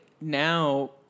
now